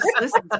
listen